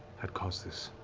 had caused this,